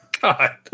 God